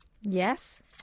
Yes